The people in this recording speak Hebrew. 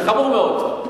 זה חמור מאוד.